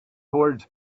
towards